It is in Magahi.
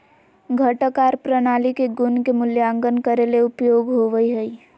घटक आर प्रणाली के गुण के मूल्यांकन करे ले उपयोग होवई हई